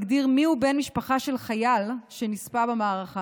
מגדיר מי הוא בן משפחה של חייל שנספה במערכה.